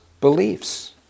beliefs